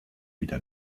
wieder